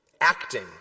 acting